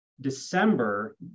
December